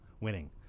Winning